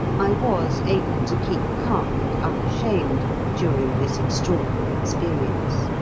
i was able to keep calm and unashamed during this extraordinary experience.